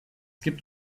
gibt